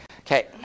Okay